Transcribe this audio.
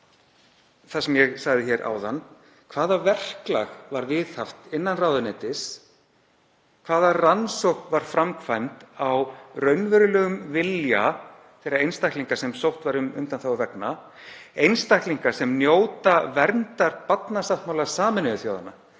það sem ég sagði áðan: Hvaða verklag var viðhaft innan ráðuneytis? Hvaða rannsókn var gerð á raunverulegum vilja þeirra einstaklinga sem sótt var um undanþágu vegna, einstaklinga sem njóta verndar barnasáttmála Sameinuðu þjóðanna